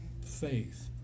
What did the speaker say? faith